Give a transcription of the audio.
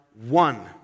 one